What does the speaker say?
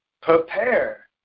prepare